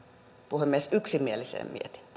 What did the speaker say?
mietintöön puhemies yksimieliseen mietintöön